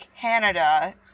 Canada